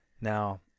Now